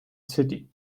city